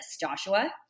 Joshua